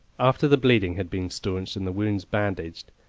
after the bleeding had been stanched and the wounds bandaged,